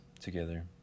together